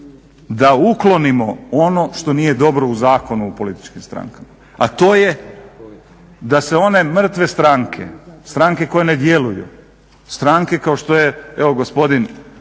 da uklonimo ono što nije dobro u Zakonu o političkim strankama, a to je da se one mrtve stranke, stranke koje ne djeluju, stranke kao što je evo gospodin